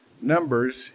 Numbers